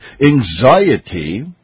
anxiety